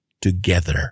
together